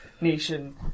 nation